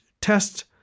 test